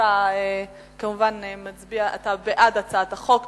אתה בעד הצעת החוק.